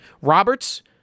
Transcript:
Roberts